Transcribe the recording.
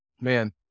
man